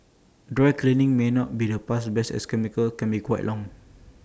dry cleaning may not be the bus best as chemicals can be quite long